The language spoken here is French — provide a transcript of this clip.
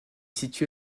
situé